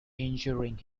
injuring